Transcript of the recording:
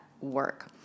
work